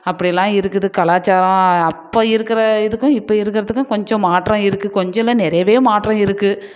அப்படியெல்லாம் இருக்குது கலாச்சாரம் அப்போ இருக்கிற இதுக்கும் இப்போ இருக்கிறத்துக்கும் கொஞ்சம் மாற்றம் இருக்கு கொஞ்சம் இல்லை நிறையவே மாற்றம் இருக்கு